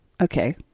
okay